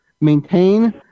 maintain